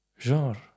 genre